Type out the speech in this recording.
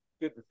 good